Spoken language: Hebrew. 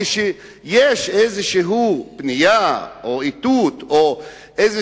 כשיש איזו פנייה או איזה איתות או איזו